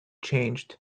changed